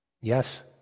Yes